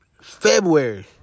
February